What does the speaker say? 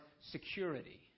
security